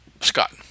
Scott